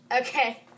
Okay